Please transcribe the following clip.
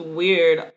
weird